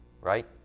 right